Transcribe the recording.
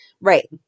Right